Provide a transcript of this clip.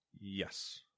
Yes